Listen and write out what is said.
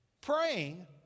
praying